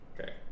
Okay